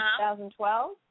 2012